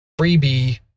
freebie